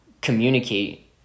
communicate